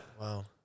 Wow